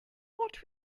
what